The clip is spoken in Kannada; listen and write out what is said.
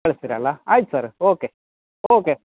ಕಳಿಸ್ತೀರಲ್ಲಾ ಆಯ್ತು ಸರ್ ಓಕೆ ಓಕೆ